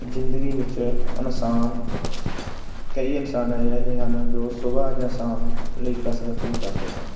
ਜ਼ਿੰਦਗੀ ਵਿੱਚ ਇਨਸਾਨ ਕਈ ਇਨਸਾਨ ਅਜਿਹੇ ਹਨ ਜੋ ਸੁਬਹਾ ਜਾਂ ਸ਼ਾਮ ਲਈ ਕਸਰਤ ਵੀ ਕਰਦੇ ਹਨ